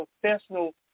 professional